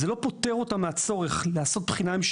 זה לא פוטר אותם מהצורך לעשות בחינה.